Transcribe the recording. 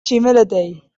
tximeletei